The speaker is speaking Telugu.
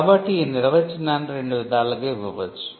కాబట్టి ఈ నిర్వచనాన్ని రెండు విధాలుగా ఇవ్వవచ్చు